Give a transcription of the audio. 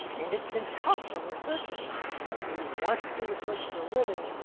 and it's been tough for researchers, somebody who wants to research for a living,